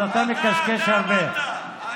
אז אתה מקשקש הרבה.